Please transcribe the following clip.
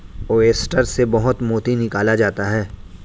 oyster से बहुत मोती निकाला जाता है